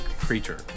creature